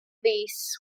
fis